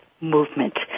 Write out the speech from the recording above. movement